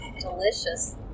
delicious